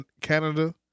Canada